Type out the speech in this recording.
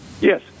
Yes